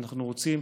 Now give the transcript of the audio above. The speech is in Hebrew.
אנחנו רוצים,